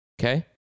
Okay